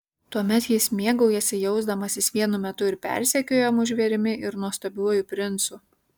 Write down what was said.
tuomet jis mėgaujasi jausdamasis vienu metu ir persekiojamu žvėrimi ir nuostabiuoju princu